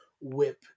whip